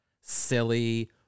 silly